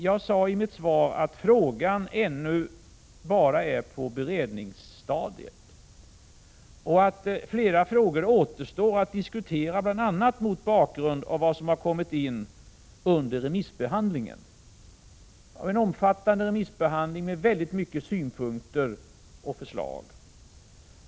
Jag sade i mitt svar att frågan ännu bara är på beredningsstadiet och att flera frågor återstår att diskutera, bl.a. mot bakgrund av vad som kommit fram under remissbehandlingen — en omfattande remissbehandling, med många synpunkter och förslag.